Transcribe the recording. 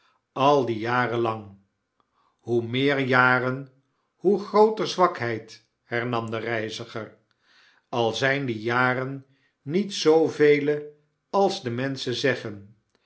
al die jaren lang hoe rneer jaren hoe grooter zwakheid hernam de reiziger al zyn die jaren niet zoovele als de menschen zeggen